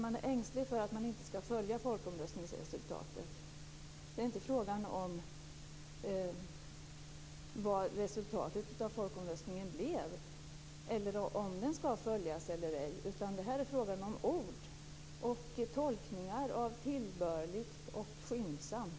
Man är ängslig för att folkomröstningsresultatet inte skall följas. Det är inte fråga om vad resultatet av folkomröstningen blev eller om resultatet skall följas eller ej. Här är det fråga om ord och tolkningar av begreppen tillbörligt och skyndsamt.